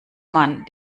man